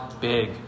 big